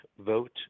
vote